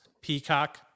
Peacock